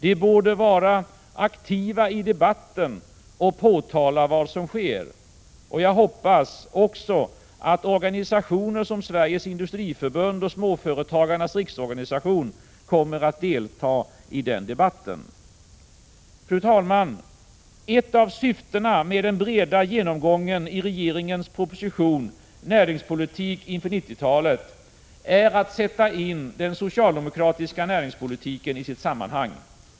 De borde vara aktiva i debatten och påtala vad som sker. Jag hoppas också att organisationer som Sveriges Industriförbund och Småföretagens riksorganisation deltar i den debatten. Fru talman! Ett av syftena med den breda genomgången i regeringens proposition ”Näringspolitik inför 90-talet” är att sätta in den socialdemokratiska näringspolitiken i sitt sammanhang.